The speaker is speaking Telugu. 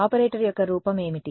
ఆపరేటర్ యొక్క రూపం ఏమిటి